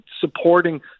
supporting